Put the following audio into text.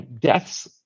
deaths